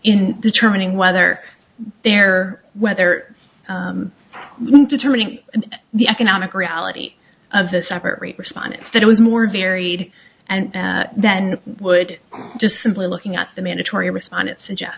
in determining whether there whether when determining the economic reality of the separate responded that it was more varied and then would just simply looking at the mandatory respondent suggest